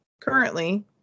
Currently